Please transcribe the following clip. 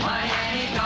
Miami